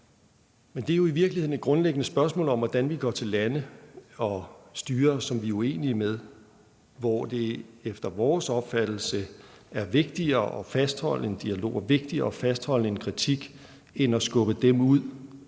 Men det er jo i virkeligheden grundlæggende et spørgsmål om, hvordan vi går til lande og styrer, som vi er uenige med. Det er efter vores opfattelse vigtigere at fastholde en dialog og vigtigere at fastholde en kritik end at skubbe dem ud